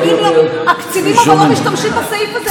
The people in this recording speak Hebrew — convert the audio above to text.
אבל הקצינים לא משתמשים בסעיף הזה.